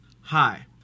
Hi